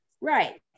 Right